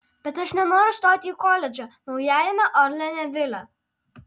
bet aš nenoriu stoti į koledžą naujajame orleane vile